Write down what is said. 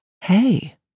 Hey